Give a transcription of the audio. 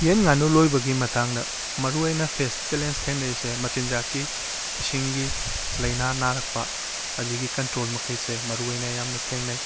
ꯌꯦꯟ ꯉꯥꯅꯨ ꯂꯣꯏꯕꯒꯤ ꯃꯇꯥꯡꯗ ꯃꯔꯨ ꯑꯣꯏꯅ ꯐꯦꯁ ꯆꯦꯂꯦꯟꯖ ꯊꯦꯡꯅꯔꯤꯁꯦ ꯃꯆꯤꯟꯖꯥꯛꯀꯤ ꯏꯁꯤꯡꯒꯤ ꯂꯥꯏꯅꯥ ꯅꯥꯔꯛꯄ ꯑꯁꯤꯒꯤ ꯀꯟꯇ꯭ꯔꯣꯜ ꯃꯈꯩꯁꯦ ꯃꯔꯨ ꯑꯣꯏꯅ ꯌꯥꯝꯅ ꯊꯦꯡꯅꯩ